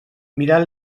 mirar